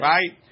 Right